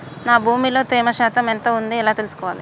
నా భూమి లో తేమ శాతం ఎంత ఉంది ఎలా తెలుసుకోవాలే?